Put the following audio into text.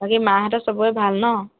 বাকী মাহঁতৰ চবৰে ভাল ন